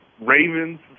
Ravens